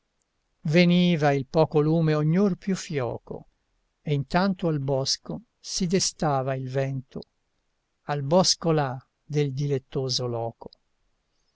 veniva il poco lume ognor più fioco e intanto al bosco si destava il vento al bosco là del dilettoso loco